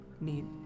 need